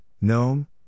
Gnome